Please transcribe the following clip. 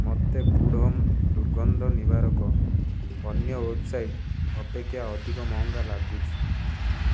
ମୋତେ good home ଦୁର୍ଗନ୍ଧ ନିବାରକ ଅନ୍ୟ ୱେବ୍ସାଇଟ୍ ଅପେକ୍ଷା ଅଧିକ ମହଙ୍ଗା ଲାଗୁଛି